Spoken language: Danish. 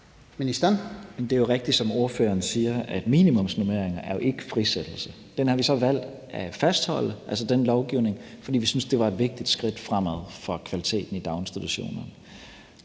minimumsnormeringer ikke er frisættelse. Den lovgivning har vi så valgt at fastholde, fordi vi syntes, det var et vigtigt skridt fremad for kvaliteten i daginstitutionerne.